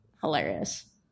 hilarious